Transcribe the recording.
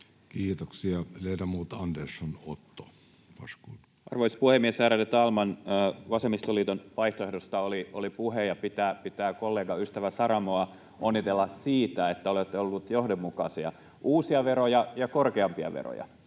Time: 14:53 Content: Arvoisa puhemies, ärade talman! Vasemmistoliiton vaihtoehdosta oli puhe, ja pitää kollega, ystävä Saramoa onnitella siitä, että olette ollut johdonmukaisia: uusia veroja ja korkeampia veroja,